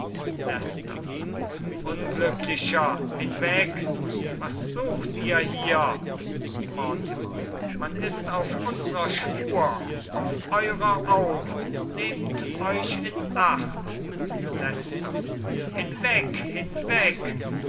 unglücklicher hinweg was sucht ihr hier mortimer man ist auf unsrer spur auf eurer auch nehmt euch in acht leicester hinweg hinweg